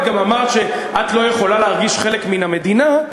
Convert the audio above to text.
את גם אמרת שאת לא יכולה להרגיש חלק מן המדינה,